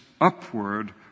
upward